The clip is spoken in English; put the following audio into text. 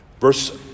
Verse